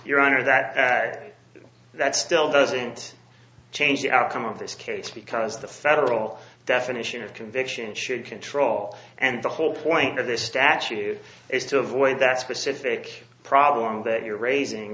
your honor that act that still doesn't change the outcome of this case because the federal definition of conviction should control and the whole point of this statute is to avoid that specific problem that you're raising